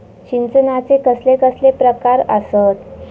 सिंचनाचे कसले कसले प्रकार आसत?